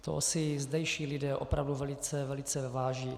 Toho si zdejší lidé opravdu velice, velice váží.